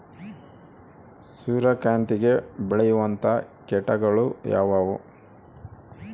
ಸೂರ್ಯಕಾಂತಿಗೆ ಬೇಳುವಂತಹ ಕೇಟಗಳು ಯಾವ್ಯಾವು?